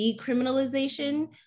decriminalization